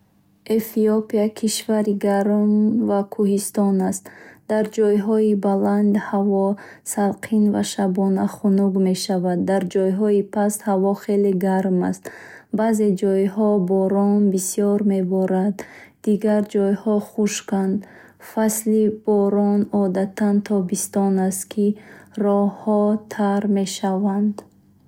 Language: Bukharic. Эфиопия кишвари гарм ва кӯҳистон аст. Дар ҷойҳои баланд ҳаво салқин ва шабона хунук мешавад. Дар ҷойҳои паст, ҳаво хеле гарм аст. Баъзе ҷойҳо борон бисёр меборад, дигар ҷойҳо хушканд. Фасли борон одатан тобистон аст, ки роҳҳо тар мешаванд.